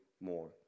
more